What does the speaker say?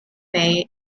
cafe